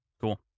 cool